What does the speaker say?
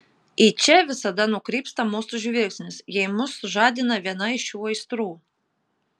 į čia visada nukrypsta mūsų žvilgsnis jei mus sužadina viena iš šių aistrų